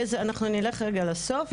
אנחנו נלך רגע לסוף.